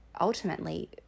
Ultimately